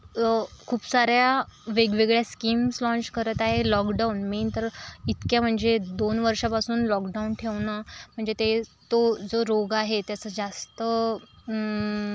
खूप साऱ्या वेगवेगळ्या स्कीम्स लॉन्च करत आहे लॉकडाऊन मेन तर इतक्या म्हणजे दोन वर्षांपासून लॉकडाऊन ठेवणं म्हणजे ते तो जो रोग आहे त्याचं जास्त